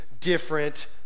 different